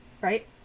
right